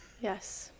Yes